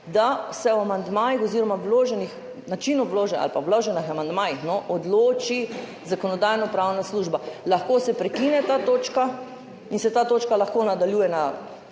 dajte na glasovanje, da o vloženih amandmajih odloči Zakonodajno-pravna služba. Lahko se prekine ta točka in se ta točka lahko nadaljuje